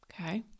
okay